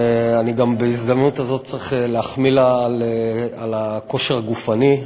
אני בהזדמנות הזאת גם צריך להחמיא לה על הכושר הגופני.